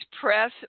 press